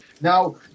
Now